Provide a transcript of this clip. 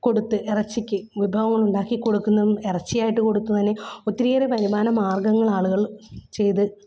കൊടുത്ത് ഇറച്ചിക്ക് വിഭവങ്ങള് ഉണ്ടാക്കി കൊടുക്കുന്നതും ഇറച്ചിയായിട്ട് കൊടുക്കുന്നതിനും ഒത്തിരിയേറെ വരുമാന മാര്ഗ്ഗങ്ങൾ ആളുകള് ചെയ്തു